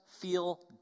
feel